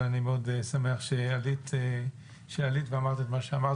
ואני מאוד שמח שעלית ואמרת את מה שאמרת.